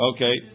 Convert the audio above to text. Okay